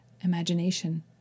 imagination